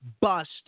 bust